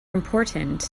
important